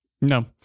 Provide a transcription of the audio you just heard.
No